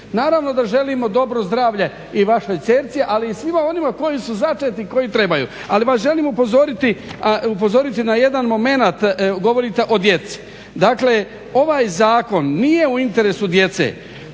Naravno da želimo dobro zdravlje i vašoj kćerki, ali i svima onima koji su začeti i koji trebaju, ali vas želim upozoriti na jedan momenat, govorite o djeci. Dakle, ovaj zakon nije u interesu djece